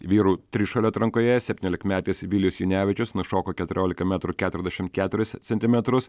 vyrų trišuolio atrankoje septyniolikmetis vilius junevičius nušoko keturiolika metrų keturiasdešim keturis centimetrus